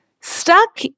stuck